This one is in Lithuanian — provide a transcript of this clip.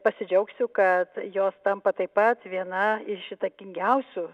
pasidžiaugsiu kad jos tampa taip pat viena iš įtakingiausių